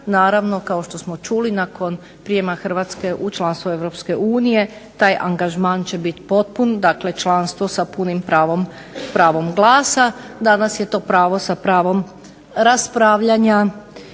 naravno kao što smo čuli nakon prijema Hrvatske u članstvo Europske unije, taj angažman će biti potpun, dakle članstvo sa punim pravom glasa. Danas je to pravo sa pravom raspravljanja,